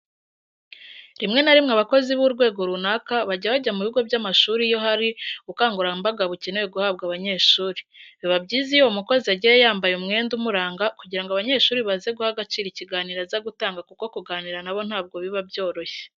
Rimwe na rimwe abakozi b'urwego runaka bajya bajya mu bigo by'amashuri iyo hari ubukangurambaga bukenewe guhabwa abanyeshuri. Biba byiza iyo uwo mukozi agiye yambaye umwenda umuranga kugira ngo abanyeshuri baze guha agaciro ikiganiro aza gutanga kuko kuganira na bo ntabwo biba byoroshye.